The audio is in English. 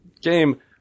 game